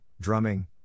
Drumming